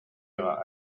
ihrer